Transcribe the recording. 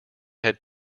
have